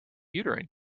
uterine